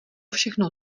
všechno